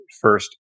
first